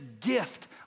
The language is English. gift